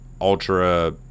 ultra